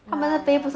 yeah yeah